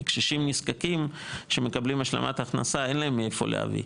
כי קשישים נזקקים שמקבלים השלמת הכנסה אין להם מאיפה להביא,